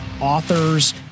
authors